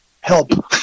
Help